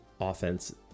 offense